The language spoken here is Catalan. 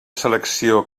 selecció